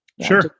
Sure